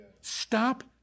Stop